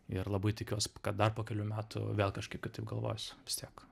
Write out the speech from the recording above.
ir labai tikiuos kad dar po kelių metų vėl kažkaip kitaip galvosiu vis tiek